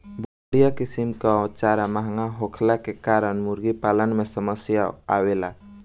बढ़िया किसिम कअ चारा महंगा होखला के कारण मुर्गीपालन में समस्या आवेला